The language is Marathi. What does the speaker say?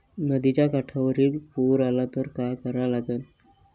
नदीच्या काठावरील शेतीमंदी पूर आला त का करा लागन?